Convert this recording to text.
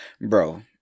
bro